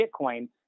Bitcoin